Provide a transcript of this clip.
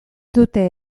dute